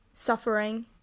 suffering